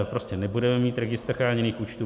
Prostě nebudeme mít registr chráněných účtů.